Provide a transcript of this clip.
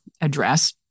address